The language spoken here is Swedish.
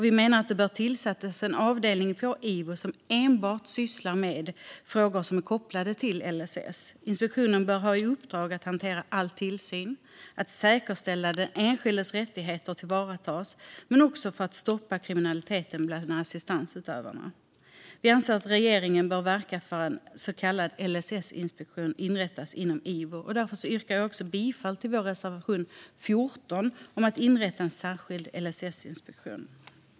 Vi menar att det bör tillsättas en avdelning på Ivo som enbart sysslar med frågor som är kopplade till LSS. Inspektionen bör ha i uppdrag att hantera all tillsyn, säkerställa att den enskildes rättigheter tillvaratas och arbeta för att stoppa kriminaliteten bland assistansutövarna. Vi anser att regeringen bör verka för att en så kallad LSS-inspektion inrättas inom Ivo. Därför yrkar jag bifall till vår reservation 14 om att inrätta en särskild LSSinspektion.